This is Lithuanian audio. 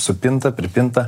supinta pripinta